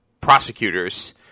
prosecutors